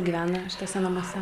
gyvena šituose namuose